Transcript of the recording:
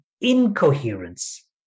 incoherence